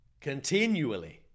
continually